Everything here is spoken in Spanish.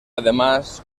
además